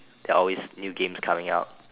there are always new games coming out